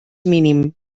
mínim